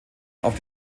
auf